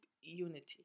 unity